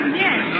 yes